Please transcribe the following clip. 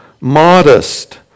modest